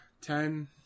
ten